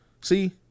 See